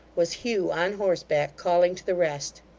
was hugh on horseback, calling to the rest!